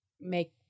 make